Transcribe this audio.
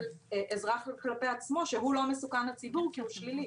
אזרח כלפי עצמו שהוא לא מסוכן לציבור כי הוא שלילי.